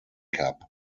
cup